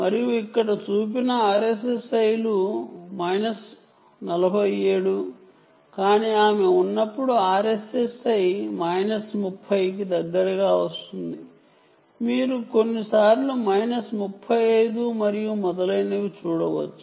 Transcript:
మరియు ఇక్కడ చూపిన RSSI లు మైనస్ 47 కానీ ఆమె ఉన్నప్పుడు RSSI మైనస్ 30 కి దగ్గరగా వస్తుంది మీరు కొన్నిసార్లు మైనస్ 35 మరియు మొదలైనవి చూడవచ్చు